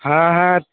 হ্যাঁ হ্যাঁ